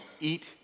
eat